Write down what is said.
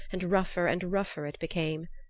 and rougher and rougher it became.